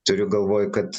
turiu galvoj kad